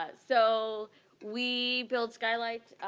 ah so we build skylight,